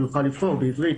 הוא יוכל לבחור בעברית,